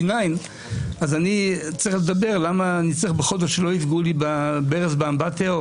D9. אז אני צריך לדבר למה אני צריך שבכל זאת לא יפגעו לי בברז באמבטיה.